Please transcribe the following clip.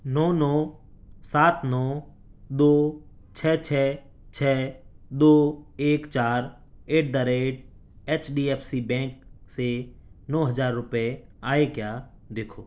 نو نو سات نو دو چھے چھے چھے دو ایک چار at the rate H D F C bank سے نو ہزار روپے آئے کیا دیکھو